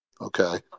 okay